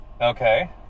Okay